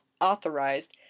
authorized